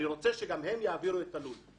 אני רוצה שגם הם יעבירו את הלול.